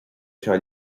anseo